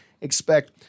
expect